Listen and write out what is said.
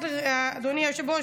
אדוני היושב-ראש,